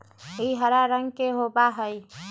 ई हरा रंग के होबा हई